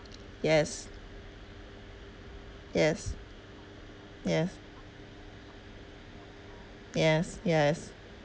yes yes yes yes yes